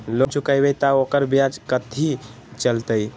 Loan चुकबई त ओकर ब्याज कथि चलतई?